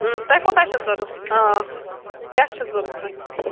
تۄہہِ کوتاہ چھُ ضروٗرت آ کیٛاہ چھِ ضروٗرت تۄہہِ